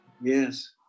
Yes